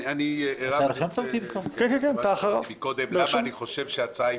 אמרתי קודם שאסביר למה אני חושב שההצעה פופוליסטית.